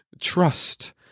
trust